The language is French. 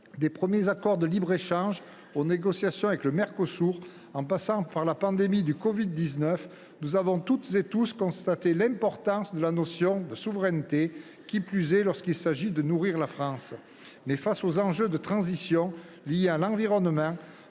Des premiers accords de libre échange aux négociations avec le Mercosur, en passant par la pandémie de covid 19, nous avons toutes et tous constaté l’importance de la notion de souveraineté, qui plus est lorsqu’il s’agit de nourrir la France. Mais force est de le constater, face aux enjeux de transition liés à l’environnement,